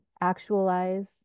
actualize